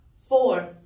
four